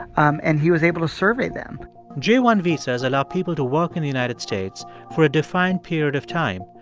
um and he was able to survey them j one visas allow people to work in the united states for a defined period of time,